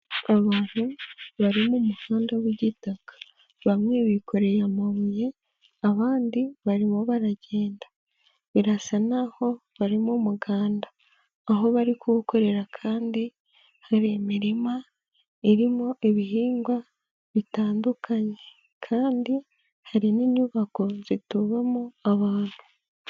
Abantu bari mu muhanda w'igitaka bamwe bikoreye amabuye abandi barimo baragenda, birasa n'aho bari mu muganda, aho bari kuwukorera kandi hari imirima irimo ibihingwa bitandukanye kandi hari n'inyubako zituyemo abantu.